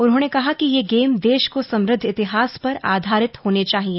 उन्होंने कहा कि ये गेम देश के समृद्व इतिहास पर आधारित होने चाहिए